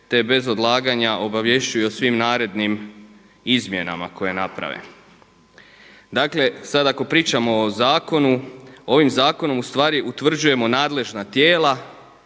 te bez odlaganja obavješćuju o svim narednim izmjenama koje naprave. Dakle, sad ako pričamo o zakonu ovim Zakonom zapravo u stvari utvrđujemo nadležna tijela,